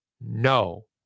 No